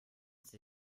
sie